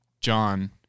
John